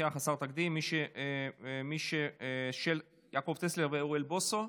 לקראת קריאה שנייה ושלישית בוועדת החוקה,